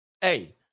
Hey